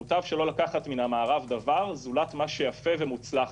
מוטב שלא לקחת מן המערב דבר זולת מה שיפה ומוצלח